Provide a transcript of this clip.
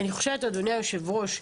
אדוני היושב-ראש,